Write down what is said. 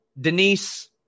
Denise